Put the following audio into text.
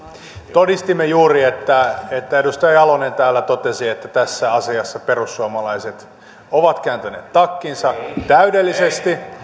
todistimme juuri että että edustaja jalonen täällä totesi että tässä asiassa perussuomalaiset ovat kääntäneet takkinsa täydellisesti